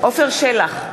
עפר שלח,